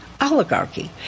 oligarchy